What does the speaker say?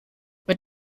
mit